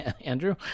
andrew